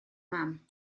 mam